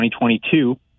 2022